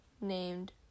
named